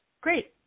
Great